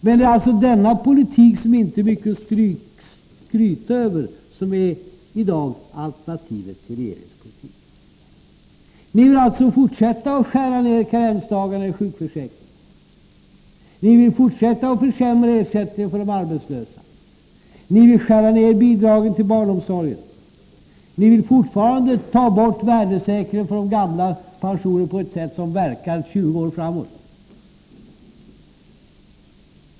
Men det är alltså denna politik, som inte är mycket att skryta över, som i dag är alternativet till regeringens politik. Ni vill fortsätta att skära ned karensdagarna i sjukförsäkringen, ni vill fortsätta att försämra ersättningen för de arbetslösa, ni vill skära ned bidragen till barnomsorgen, ni vill fortfarande ta bort värdesäkringen för de gamlas pensioner på ett sätt som verkar 20 år framåt.